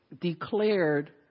declared